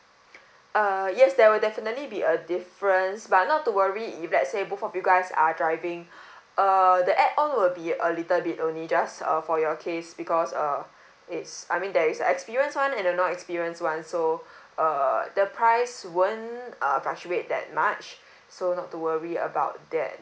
uh yes there will definitely be a difference but not to worry if let say both of you guys are driving err the add on will be a little bit only just uh for your case because uh it's I mean there is a experience one and the no experience one so uh the price won't uh fluctuate that much so not to worry about that